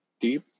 deep